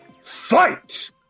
fight